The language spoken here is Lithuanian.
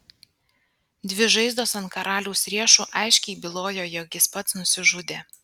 dvi žaizdos ant karaliaus riešų aiškiai bylojo jog jis pats nusižudė